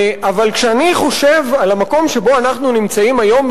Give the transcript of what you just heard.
אבל כשאני חושב על המקום שבו אנחנו נמצאים היום,